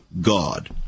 God